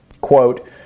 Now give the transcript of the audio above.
Quote